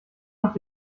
mache